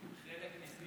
חלק מהסכם